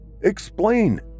Explain